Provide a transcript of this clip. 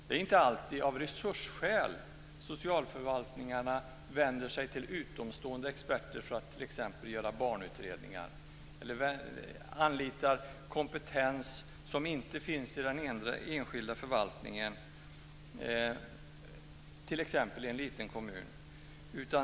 Det är inte alltid av resursskäl socialförvaltningarna vänder sig till utomstående experter för att t.ex. göra barnutredningar eller anlitar kompetens som inte finns i den enskilda förvaltningen t.ex. i en liten kommun.